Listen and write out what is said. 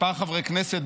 כמה חברי כנסת,